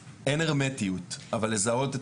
אין הרמטיות אבל היא תנסה לזהות את